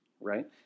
right